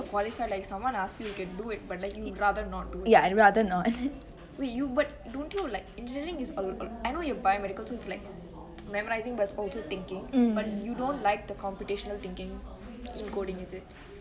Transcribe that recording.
but at least you're qualified like someone ask me you can do it but like rather do it wait you but don't you like engineering is a lot I know you're biomedical it's like memorising but it's also thinking but you don't like the computational thinking in coding is it